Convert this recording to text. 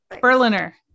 Berliner